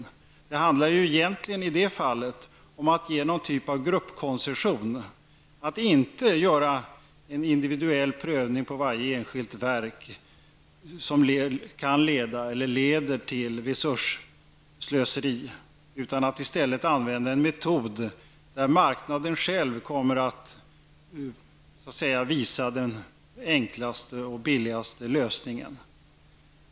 I det fallet handlar det egentligen om att ge en typ av gruppkoncession, att inte göra en individuell prövning av varje enskilt verk, något som leder till resursslöseri, utan i stället använda en metod där marknaden själv kommer att visa den enklaste och billigaste lösningen.